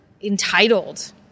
entitled